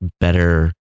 better